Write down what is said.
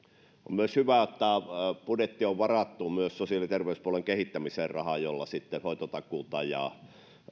myös hyvä että budjettiin on varattu myös sosiaali ja terveyspuolen kehittämiseen rahaa jolla hoitotakuuta ja